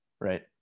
right